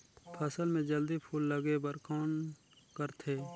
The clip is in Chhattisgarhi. फसल मे जल्दी फूल लगे बर कौन करथे?